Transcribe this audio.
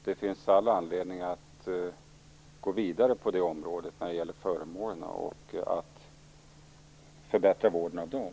Det finns all anledning att gå vidare på det området när det gäller föremålen och att förbättra vården av dem.